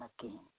again